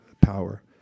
power